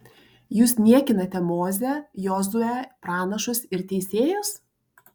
jūs niekinate mozę jozuę pranašus ir teisėjus